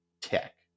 tech